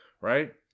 right